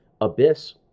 abyss